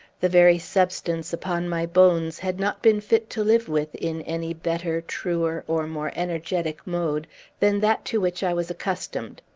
the very substance upon my bones had not been fit to live with in any better, truer, or more energetic mode than that to which i was accustomed.